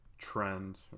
trend